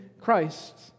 Christ